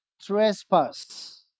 trespass